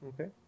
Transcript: Okay